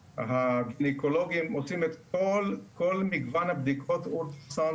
הגינקולוגים עושים את כל מגוון בדיקות האולטרה-סאונד